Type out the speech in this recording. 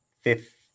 fifth